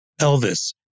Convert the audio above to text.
Elvis